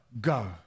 go